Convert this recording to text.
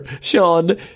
Sean